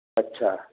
अच्छा